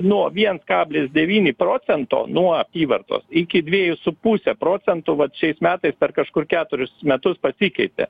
nuo viens kablis devyni procento nuo apyvartos iki dviejų su puse procentų vat šiais metais per kažkur keturius metus pasikeitė